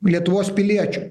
lietuvos piliečių